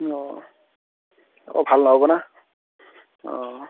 অঁ আকৌ ভাল নহ'ব না অঁ